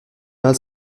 mal